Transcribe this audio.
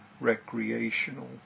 recreational